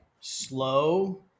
Slow